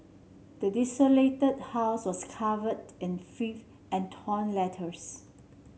the desolated house was covered in filth and torn letters